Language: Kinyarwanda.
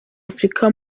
afurika